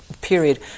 period